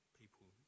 people